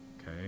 Okay